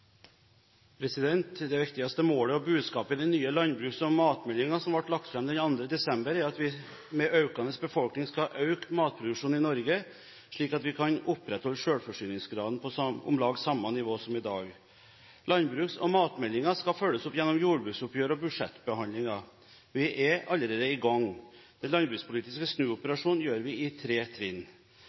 Det viktigste målet og budskapet i den nye landbruks- og matmeldingen, som ble lagt fram 2. desember, er at vi med økende befolkning skal øke matproduksjonen i Norge, slik at vi kan opprettholde selvforsyningsgraden på om lag samme nivå som i dag. Landbruks- og matmeldingen skal følges opp gjennom jordbruksoppgjør og budsjettbehandlinger. Vi er allerede i gang. Den landbrukspolitiske snuoperasjonen gjør vi i tre trinn.